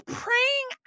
praying